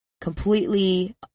completely